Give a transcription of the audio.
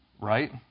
Right